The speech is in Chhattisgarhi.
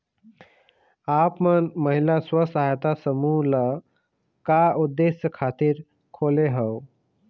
आप मन महिला स्व सहायता समूह ल का उद्देश्य खातिर खोले हँव?